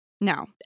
Now